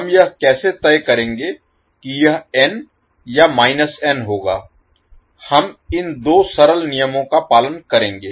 हम यह कैसे तय करेंगे कि यह n या n होगा हम इन 2 सरल नियमों का पालन करेंगे